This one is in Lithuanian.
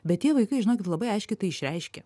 bet tie vaikai žinokit labai aiškiai tai išreiškia